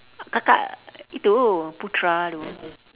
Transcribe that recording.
kakak itu putra itu